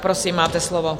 Prosím, máte slovo.